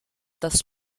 das